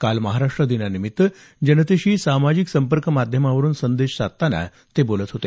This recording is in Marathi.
काल महाराष्ट्र दिनानिमित्त जनतेशी सामाजिक संपर्क माध्यमांवरून संदेश साधताना ते बोलत होते